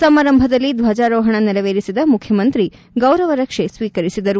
ಸಮಾರಂಭದಲ್ಲಿ ಧ್ವಜಾರೋಪಣ ನೆರವೇರಿಸಿದ ಮುಖ್ಯಮಂತ್ರಿ ಗೌರವ ರಕ್ಷೆ ಸ್ವೀಕರಿಸಿದರು